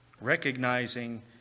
Recognizing